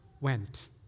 went